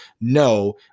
No